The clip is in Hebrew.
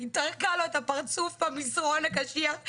היא טרקה לו את הפרצוף במזרון הקשיח,